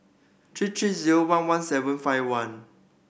three three zero one one seven five one